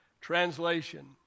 Translation